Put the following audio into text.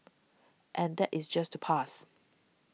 and that is just to pass